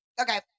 Okay